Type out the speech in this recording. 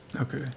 Okay